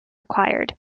required